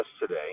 today